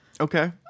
Okay